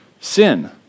sin